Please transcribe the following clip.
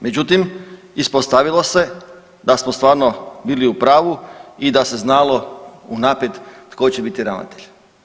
Međutim, ispostavilo se da smo stvarno bili u pravu i da se znalo unaprijed tko će biti ravnatelj.